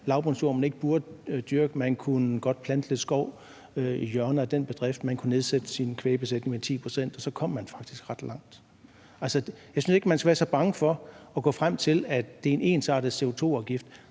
lavbundsjord, man ikke burde dyrke. Man kunne godt plante lidt skov i hjørnet af den bedrift. Man kunne nedsætte sin kvægbesætning med 10 pct., og så kom man faktisk ret langt. Jeg synes ikke, man skal være så bange for at komme frem til en ensartet CO2-afgift.